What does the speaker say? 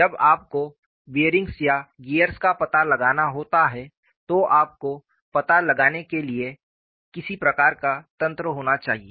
जब आपको बियरिंग्स या गियर्स का पता लगाना होता है तो आपको पता लगाने के लिए किसी प्रकार का तंत्र होना चाहिए